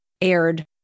aired